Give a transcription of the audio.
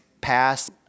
passed